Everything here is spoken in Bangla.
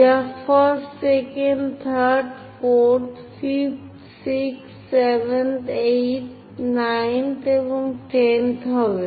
যা 1st 2nd 3rd 4th 5th 6th 7th 8th 9 and 10 হবে